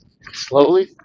slowly